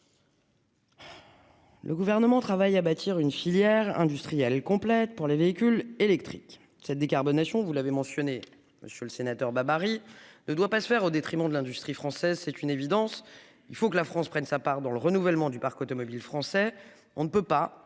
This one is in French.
Le gouvernement travaille à bâtir une filière industrielle complète pour les véhicules électriques cette décarbonation vous l'avez mentionné monsieur le sénateur Babary ne doit pas se faire au détriment de l'industrie française, c'est une évidence, il faut que la France prenne sa part dans le renouvellement du parc automobile français. On ne peut pas